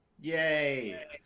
yay